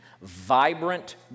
vibrant